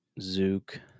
Zook